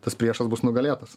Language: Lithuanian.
tas priešas bus nugalėtas